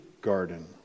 garden